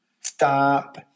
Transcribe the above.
Stop